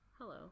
hello